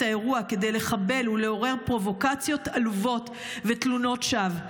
האירוע כדי לחבל ולעורר פרובוקציות עלובות ותלונות שווא.